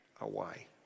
away